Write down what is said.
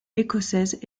écossaises